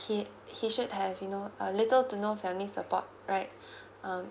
he he should have you know a little to no family support right um